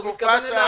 הוא מתכוון אליי.